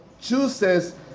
chooses